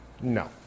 no